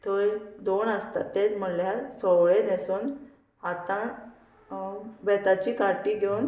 थंय धोंड आसता तेच म्हणल्यार सवळे न्हेसोन हातां बेताची काटी घेवन